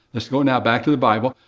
let's go now back to the bible,